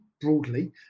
broadly